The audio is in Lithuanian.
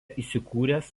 įsikūręs